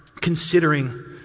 considering